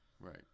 Right